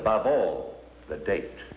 above all the date